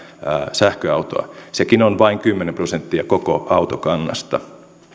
sähköautoa sekin on vain kymmenen prosenttia koko autokannasta